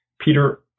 Peter